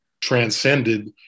transcended